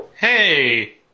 Hey